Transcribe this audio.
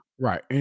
Right